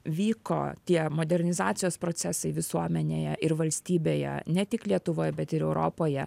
vyko tie modernizacijos procesai visuomenėje ir valstybėje ne tik lietuvoj bet ir europoje